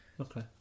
Okay